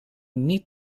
niet